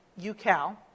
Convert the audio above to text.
UCAL